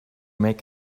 make